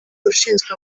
ushinzwe